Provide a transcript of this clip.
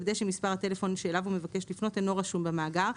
יוודא שמספר הטלפון שאליו הוא מבקש לפנות אינו רשום במאגר.